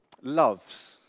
Loves